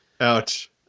Ouch